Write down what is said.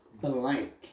blank